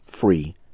free